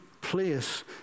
place